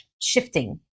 shifting